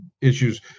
issues